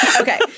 Okay